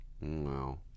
No